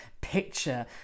picture